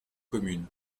communes